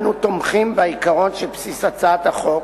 אנו תומכים בעיקרון שבבסיס הצעת החוק,